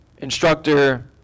Instructor